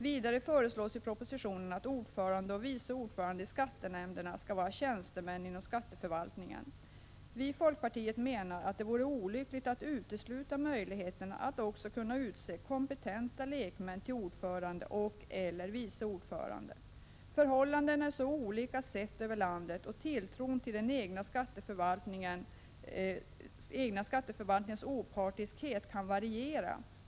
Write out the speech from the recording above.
Vidare föreslås i propositionen att ordföranden och vice orföranden i skattenämnderna skall vara tjänstemän inom skatteförvaltningen. Vi i folkpartiet menar att det vore olyckligt att utesluta möjligheten att också utse kompetenta lekmän till ordförande och/eller vice ordförande. Förhållandena är så olika i landet, och tilltron till den egna skatteförvaltningens opartiskhet kan variera.